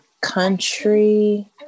country